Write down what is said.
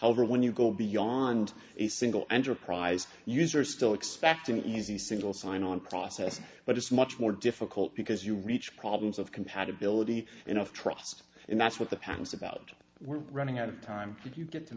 over when you go beyond a single enterprise user still expect an easy single sign on process but it's much more difficult because you reach problems of compatibility and of trust and that's what the patents about we're running out of time you get to